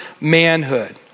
manhood